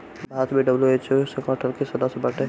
भारत भी डब्ल्यू.एच.ओ संगठन के सदस्य बाटे